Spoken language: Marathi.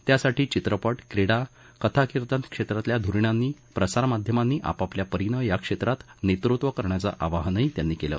त्यासाठी चित्रपट क्रीडा कथा कीर्तन क्षेत्रांतल्या ध्रीणांनी प्रसार माध्यमांनी आपापल्या परीनं या क्षेत्रात नेतृत्व करण्याचं आवाहनही त्यांनी केलं